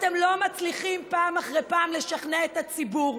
אתם לא מצליחים פעם אחרי פעם לשכנע את הציבור,